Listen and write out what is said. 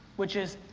which is,